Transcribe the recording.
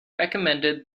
recommended